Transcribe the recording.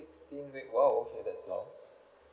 sixteen weeks !wow! okay that's a lot